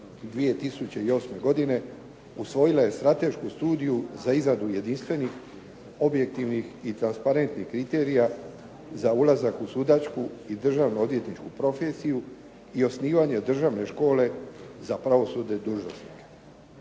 2008. godine usvojila je stratešku studiju za izradu jedinstvenih, objektivnih i transparentnih kriterija za ulazak u sudačku i državno-odvjetničku profesiju i osnivanje Državne škole za pravosudne dužnosnike.